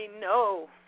No